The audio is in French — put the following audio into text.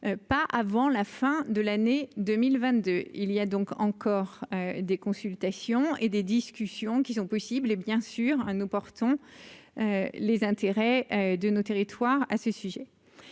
pas avant la fin de l'année 2022 il y a donc encore des consultations et des discussions qui sont possibles et, bien sûr, nous portons les intérêts de nos territoires, à ce sujet,